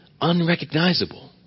unrecognizable